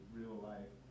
real-life